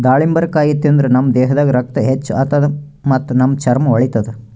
ದಾಳಿಂಬರಕಾಯಿ ತಿಂದ್ರ್ ನಮ್ ದೇಹದಾಗ್ ರಕ್ತ ಹೆಚ್ಚ್ ಆತದ್ ಮತ್ತ್ ನಮ್ ಚರ್ಮಾ ಹೊಳಿತದ್